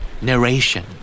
Narration